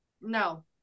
No